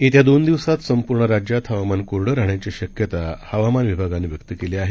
येत्या दोन दिवसात संपूर्ण राज्यात हवामान कोरडं राहण्याची शक्यता हवामान विभागानं व्यक्त केली आहे